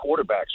quarterbacks